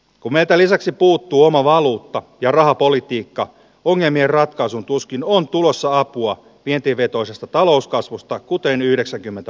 o metä lisäksi puuttuu oma valuutta ja rahapolitiikka tunneliratkaisuun tuskin on tulossa apua vientivetoisesta talouskasvusta kuten yhdeksänkymmentä